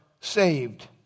saved